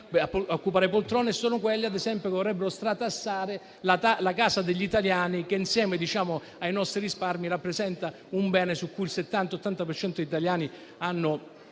occupare poltrone e sono quelle, ad esempio, che vorrebbero stratassare la casa degli italiani, che insieme ai nostri risparmi rappresenta un bene su cui il 70-80 per cento degli italiani ha